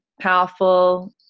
powerful